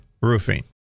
roofing